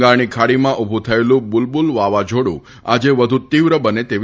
બંગાળની ખાડીમાં ઉભુ થયેલ બુલબુલ વાવાઝોડું આજે વધુ તિવ્ર બને તેવી